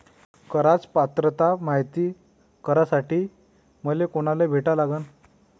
कराच पात्रता मायती करासाठी मले कोनाले भेटा लागन?